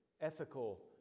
ethical